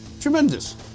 Tremendous